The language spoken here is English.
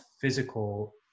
physical